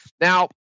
Now